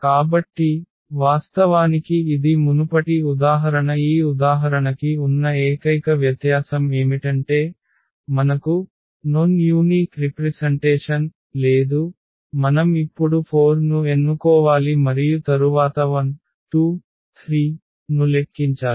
కాబట్టి వాస్తవానికి ఇది మునుపటి ఉదాహరణ ఈ ఉదాహరణకి ఉన్న ఏకైక వ్యత్యాసం ఏమిటంటే మనకు ప్రత్యేకమైన ప్రాతినిధ్యం లేదు మనం ఇప్పుడు 4 ను ఎన్నుకోవాలి మరియు తరువాత 1 2 3 ను లెక్కించాలి